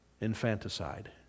infanticide